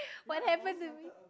what happen to me